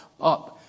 up